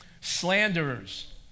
slanderers